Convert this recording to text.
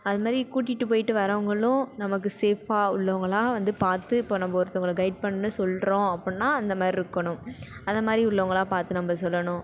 அதுமாதிரி கூட்டிட்டு போய்ட்டு வரவங்களும் நமக்கு சேஃப்பாக உள்ளவங்களாக வந்து பார்த்து இப்போ நம்ம ஒருத்தவங்களை கெய்ட் பண்ண சொல்கிறோம் அப்புடின்னா அந்தமாதிரி இருக்கணும் அதமாதிரி உள்ளவங்களாக பார்த்து நம்ம சொல்லணும்